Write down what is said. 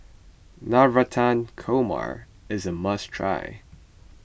Navratan Korma is a must try